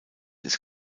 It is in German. ist